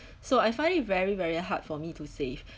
so I find it very very hard for me to save